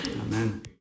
Amen